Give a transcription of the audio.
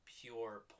pure